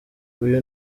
uyu